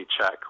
check